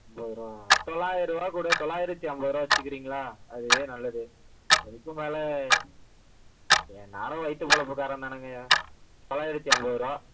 ஐம்பதுரூவா தொள்ளாயிர ரூபா கூட தொள்ளாயிரத்தி ஐம்பது ரூபா வச்சுக்கிறிங்களா அதுவே நல்லது இதுக்கும் மேலே ஐயா நானும் வயிற்று பொழப்புக்காரன் தானங்கய்யா தொள்ளாயிரத்தி ஐம்பது ரூபா